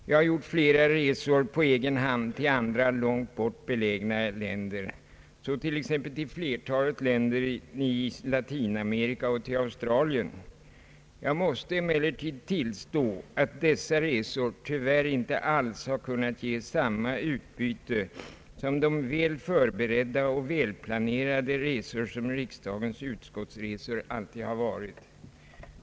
Jag har gjort flera resor på egen hand till andra långt bort belägna länder, t.ex. till flertalet länder i Latinamerika och till Australien. Jag måste emellertid tillstå att dessa resor tyvärr inte alls har kunnat ge samma utbyte som de väl förberedda och välplanerade resor som riksdagens utskottsresor alltid har varit.